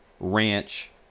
ranch